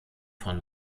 von